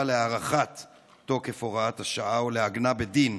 להארכת תוקף הוראת השעה או לעגנה בדין?